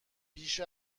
بیش